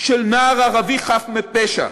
של נער ערבי חף מפשע,